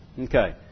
Okay